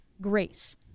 grace